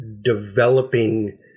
developing